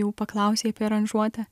jau paklausei apie aranžuotę